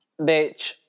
bitch